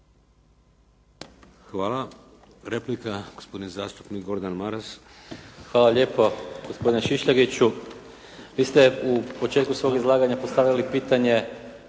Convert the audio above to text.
Hvala. Replika, gospodin zastupnik Gordan Maras. **Maras, Gordan (SDP)** Hvala lijepo. Gospodine Šišljagiću, vi ste u početku svoga izlaganja postavili pitanje